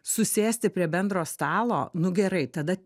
susėsti prie bendro stalo nu gerai tada